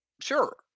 sure